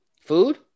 Food